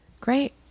Great